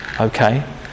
okay